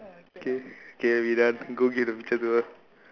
okay okay we done go give the picture to her